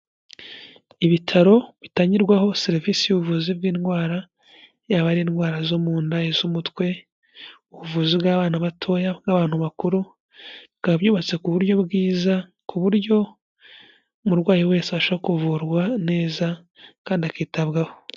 Ibitaro bitangirwaho serivisi y'ubuvuzi bw'indwara, yaba ari indwara zo mu nda, iz'umutwe, ubuvuzi bw'abana batoya, ubw'abantu bakuru, bikaba byubatse ku buryo bwiza, ku buryo umurwayi wese abasha kuvurwa neza kandi akitabwaho.